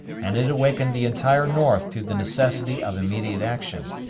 and it awakened the entire north to the necessity of immediate action.